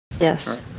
Yes